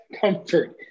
comfort